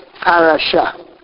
parasha